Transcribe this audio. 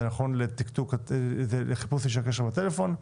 זה נכון לחיפוש איש הקשר בטלפון,